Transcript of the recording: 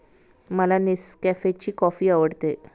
मला नेसकॅफेची कॉफी आवडते